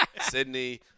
Sydney